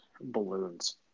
Balloons